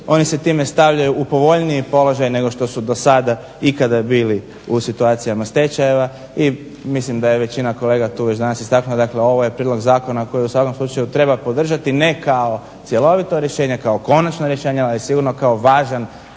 Oni se time stavljaju u povoljniji položaj nego što su do sada ikada bili u situacijama stečajeva i mislim da je većina kolega tu već danas istaknula dakle ovo je prijedlog zakona koji u svakom slučaju treba podržati, ne kao cjelovito rješenje kao konačno rješenje, ali sigurno kao važan